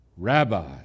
Rabbi